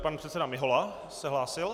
Pan předseda Mihola se hlásil.